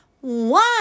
One